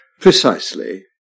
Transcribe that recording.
Precisely